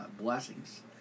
blessings